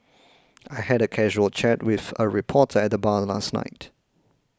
I had a casual chat with a reporter at the bar last night